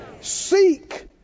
Seek